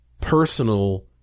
personal